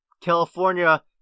California